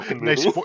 nice